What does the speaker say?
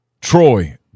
Troy